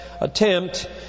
attempt